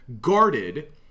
guarded